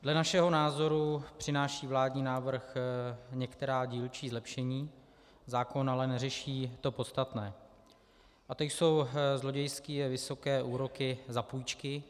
Dle našeho názoru přináší vládní návrh některá dílčí zlepšení, zákon ale neřeší to podstatné, a to jsou zlodějsky vysoké úroky za půjčky.